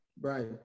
Right